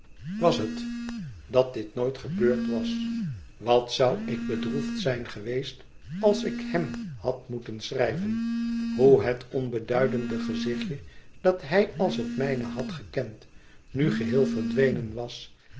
was het nu dat dit nooit gebeurd was wat zou ik bedroefd zijn geweest als ik hem had moeten schrijven hoe het onbeduidende gezichtje dat hij als het mijne had gekend nu geheel verdwenen was